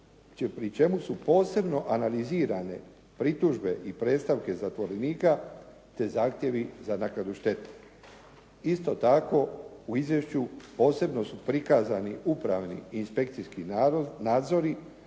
pri čemu su posebno analizirane pritužbe i predstavke zatvorenika, te zahtjevi za naknadu štete. Isto tako u izvješću posebno su prikazani upravni i inspekcijski nadzori